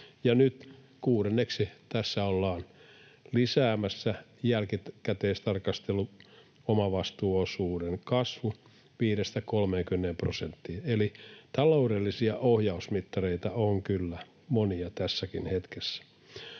kuudenneksi tässä ollaan lisäämässä jälkikäteistarkastelun omavastuuosuutta viidestä prosentista 30 prosenttiin. Eli taloudellisia ohjausmittareita on kyllä monia tässäkin hetkessä.